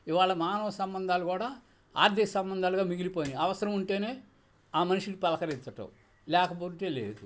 ఈవేళ మానవ సంబంధాలు కూడా ఆర్థిక సంబంధాలుగా మిగిలిపోయాయి అవసరం ఉంటేనే ఆ మనిషిని పలకరించడం లేకపోతేే లేదు